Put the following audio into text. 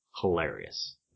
hilarious